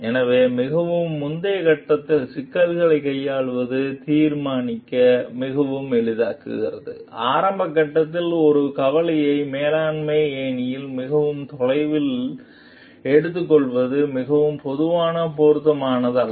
எனவே மிகவும் முந்தைய கட்டத்தில் சிக்கலைக் கையாள்வது தீர்க்க மிகவும் எளிதாக்குகிறது ஆரம்ப கட்டத்தில் ஒரு கவலையை மேலாண்மை ஏணியை மிக தொலைவில் எடுத்துக்கொள்வது மிகவும் பொதுவாக பொருத்தமானதல்ல